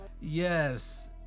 Yes